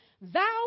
Thou